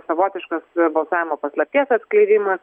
savotiškas balsavimo paslapties atskleidimas